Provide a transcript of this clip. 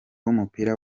w’umupira